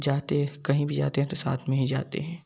जाते कहीं भी जाते हैं तो साथ में ही जाते हैं